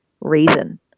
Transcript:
reason